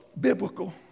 biblical